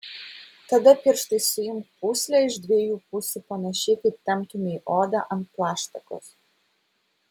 tada pirštais suimk pūslę iš dviejų pusių panašiai kaip temptumei odą ant plaštakos